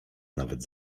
nawet